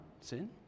sin